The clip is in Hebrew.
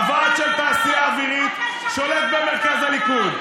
הוועד של תעשייה אווירית שולט במרכז הליכוד.